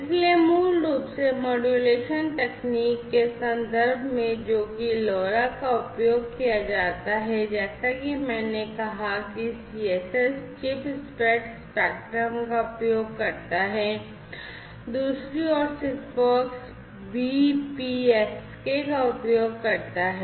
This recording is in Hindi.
इसलिए मूल रूप से मॉड्यूलेशन तकनीक के संदर्भ में जो कि LoRa का उपयोग किया जाता है जैसा कि मैंने कहा कि CSS चिर्प स्प्रेड स्पेक्ट्रम का उपयोग करता है दूसरी ओर SIGFOX BPSK का उपयोग करता है